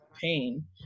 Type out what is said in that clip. pain